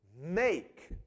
make